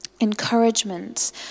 encouragement